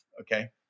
Okay